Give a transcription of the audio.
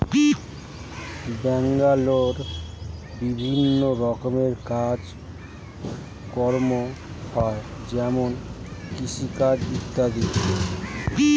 বনাঞ্চলে বিভিন্ন রকমের কাজ কম হয় যেমন কৃষিকাজ ইত্যাদি